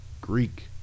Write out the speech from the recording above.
Greek